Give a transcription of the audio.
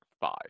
five